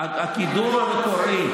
הקידום המקורי,